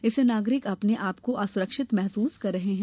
इससे नागरिक अपने आपको असुरक्षित महसूस कर रहे हैं